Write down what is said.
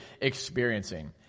experiencing